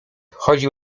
chodził